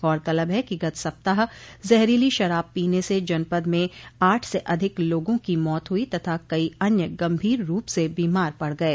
गौरतलब है कि गत सप्ताह जहरीली शराब पीने से जनपद में आठ से अधिक लोगों की मौत हुई तथा कई अन्य गंभीर रूप से बीमार पड़ गये